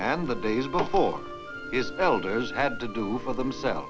and the days before his elders had to do for themselves